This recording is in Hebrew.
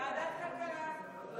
תגיד: ועדת הכלכלה.